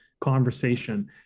conversation